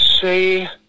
say